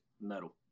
metal